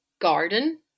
garden